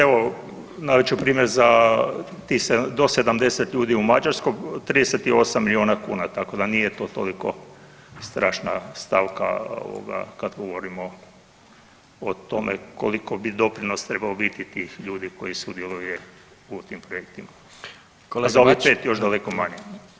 Evo, navest ću primjer za tih do 70 ljudi u Mađarskoj, 38 milijuna kuna, tako da nije to toliko strašna stavka ovoga, kad govorimo o tome koliko bi doprinos trebao biti tih ljudi koji sudjeluju u tim projektima [[Upadica: Kolega Bačić.]] [[Govornik se ne čuje.]] još daleko manje.